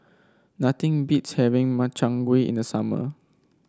nothing beats having Makchang Gui in the summer